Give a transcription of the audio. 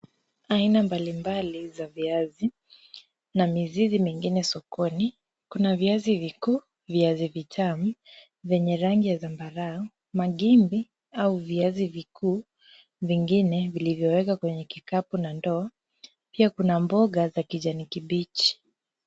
Aina mbali mbali za viazi na mizizi mingine sokoni, kuna viazi vikuu, viaz vitamu vyenye rangi ya zambarau, madimbi au viazi vikuu vingine vilivyowekwa kwenye kikapu na ndoo. Pia kuna mboga za kijani kibichi.